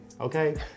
okay